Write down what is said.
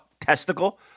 testicle